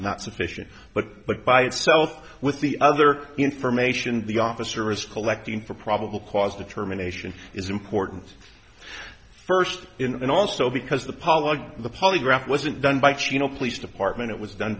not sufficient but but by itself with the other information the officer is collecting for probable cause determination is important first in also because the policy of the polygraph wasn't done by chino police department it was done